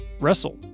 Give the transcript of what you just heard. Wrestle